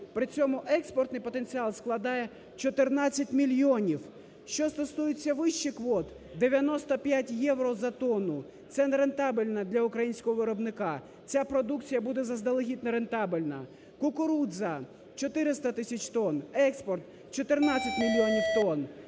при цьому експортний потенціал складає 14 мільйонів. Що стосується вище квот, 95 євро за тонну – це не рентабельно для українського виробника, ця продукція буде заздалегідь не рентабельна. Кукурудза – 400 тисяч тонн, експорт – 14 мільйонів тонн.